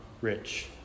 rich